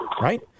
right